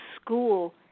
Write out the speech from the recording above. school